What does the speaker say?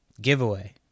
giveaway